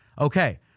Okay